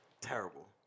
Terrible